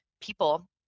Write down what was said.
people